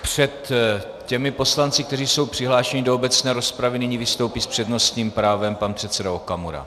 Před těmi poslanci, kteří jsou přihlášeni do obecné rozpravy, nyní vystoupí s přednostním právem pan předseda Okamura.